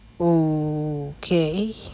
Okay